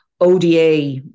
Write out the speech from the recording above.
ODA